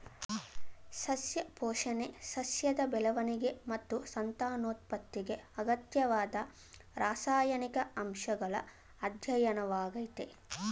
ಸಸ್ಯ ಪೋಷಣೆ ಸಸ್ಯದ ಬೆಳವಣಿಗೆ ಮತ್ತು ಸಂತಾನೋತ್ಪತ್ತಿಗೆ ಅಗತ್ಯವಾದ ರಾಸಾಯನಿಕ ಅಂಶಗಳ ಅಧ್ಯಯನವಾಗಯ್ತೆ